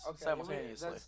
simultaneously